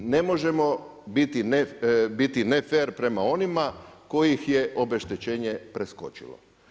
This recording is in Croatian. Ne možemo biti ne fer prema onima kojih je obeštećenje preskočilo.